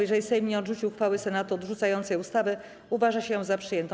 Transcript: Jeżeli Sejm nie odrzuci uchwały Senatu odrzucającej ustawę, uważa się ją za przyjętą.